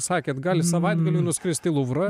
sakėt gali savaitgaliui nuskrist į luvrą